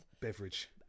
beverage